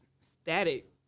static